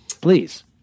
please